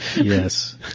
Yes